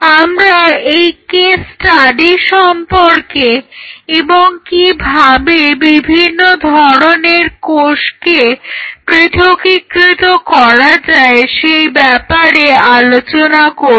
আমরা এই case study সম্পর্কে এবং কিভাবে বিভিন্ন ধরনের কোষকে পৃথকীকৃত করা যায় সেই ব্যাপারে আলোচনা করব